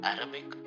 Arabic